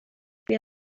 بیا